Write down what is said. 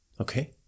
Okay